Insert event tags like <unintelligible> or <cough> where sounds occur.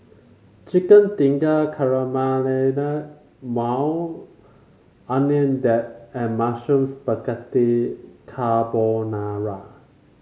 Chicken Tikka <unintelligible> Maui Onion Dip and Mushroom Spaghetti Carbonara